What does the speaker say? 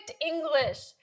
English